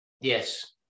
Yes